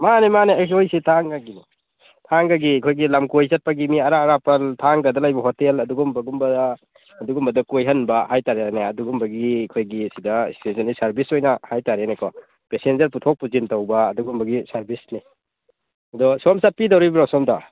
ꯃꯥꯅꯦ ꯃꯥꯅꯦ ꯑꯩꯈꯣꯏꯁꯤ ꯊꯥꯡꯒꯒꯤꯅꯤ ꯊꯥꯡꯒꯒꯤ ꯑꯩꯈꯣꯏꯒꯤ ꯂꯝꯀꯣꯏ ꯆꯠꯄꯒꯤ ꯃꯤ ꯑꯔꯥꯞ ꯑꯔꯥꯞꯄ ꯊꯥꯡꯒꯗ ꯂꯩꯕ ꯍꯣꯇꯦꯜ ꯑꯗꯨꯒꯨꯝꯕꯒꯨꯝꯕ ꯑꯗꯨꯒꯨꯝꯕꯗ ꯀꯣꯏꯍꯟꯕ ꯍꯥꯏ ꯇꯥꯔꯦꯅꯦ ꯑꯗꯨꯒꯨꯝꯕꯒꯤ ꯑꯩꯈꯣꯏꯒꯤ ꯁꯤꯗ ꯏꯁꯄꯦꯁ꯭ꯌꯦꯜꯂꯤ ꯁꯥꯔꯕꯤꯁ ꯑꯣꯏꯅ ꯍꯥꯏ ꯇꯥꯔꯦꯅꯦꯀꯣ ꯄꯦꯁꯦꯟꯖꯔ ꯄꯨꯊꯣꯛ ꯄꯨꯁꯤꯟ ꯇꯧꯕ ꯑꯗꯨꯒꯨꯝꯕꯒꯤ ꯁꯥꯔꯕꯤꯁ ꯂꯩ ꯑꯗꯣ ꯁꯣꯝ ꯆꯠꯄꯤꯗꯣꯔꯤꯕ꯭ꯔꯣ ꯁꯣꯝꯗ